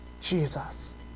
Jesus